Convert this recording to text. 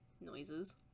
noises